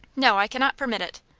no i cannot permit it.